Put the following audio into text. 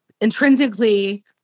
intrinsically